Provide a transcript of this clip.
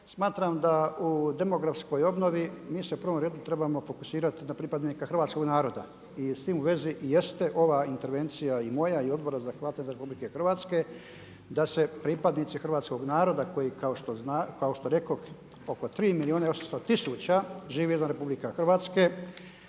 smatram da u demografskoj obnovi, mi se u prvom redu trebamo fokusirati na pripadnike hrvatskog naroda. I s tim u vezi i jeste ova intervencija i moja i Odbora za Hrvate iz RH, da se pripadnici hrvatskog naroda koji kao što rekoh oko 3 milijuna i 800000 živi izvan RH potaknu